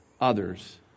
others